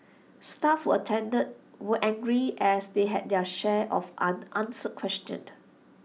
staff who attended were angry as they had their share of unanswered questions